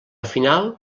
final